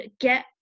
get